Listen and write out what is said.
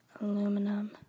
Aluminum